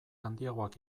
handiagoak